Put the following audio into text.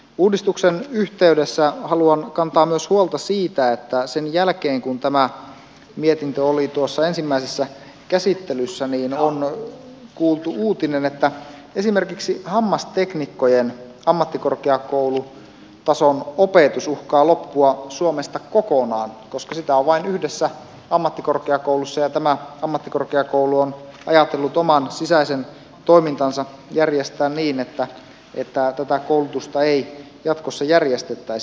uudistuksen yhteydessä haluan myös kantaa huolta siitä että sen jälkeen kun tämä mietintö oli tuossa ensimmäisessä käsittelyssä on kuultu uutinen että esimerkiksi hammasteknikkojen ammattikorkeakoulutason opetus uhkaa loppua suomesta kokonaan koska sitä on vain yhdessä ammattikorkeakoulussa ja tämä ammattikorkeakoulu on ajatellut oman sisäisen toimintansa järjestää niin että tätä koulutusta ei jatkossa järjestettäisi